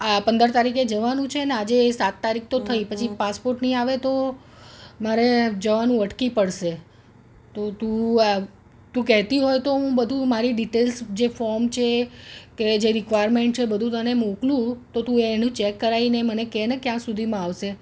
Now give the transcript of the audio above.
આ પંદર તારીખે જવાનું છે અને આજે સાત તારીખ તો થઈ પછી પાસપોટ નહીં આવે તો મારે જવાનું અટકી પડશે તો તું તું કહેતી હોય તો હું બધું મારી ડિટેલ્સ જે ફોર્મ છે કે જે રિક્વાયરમેન્ટ છે બધું તને મોકલું તો તું એનું ચેક કરાવીને મને કહે ને ત્યાં સુધીમાં આવશે